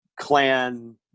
clan